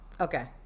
Okay